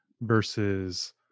versus